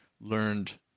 learned